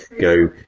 go